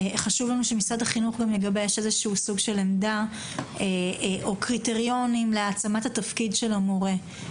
חשוב לנו שמשרד החינוך יגבש עמדה או קריטריונים להעצמת תפקיד המורה.